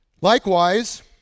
Likewise